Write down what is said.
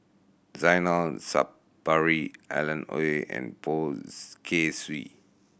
Zainal Sapari Alan Oei and Poh Kay Swee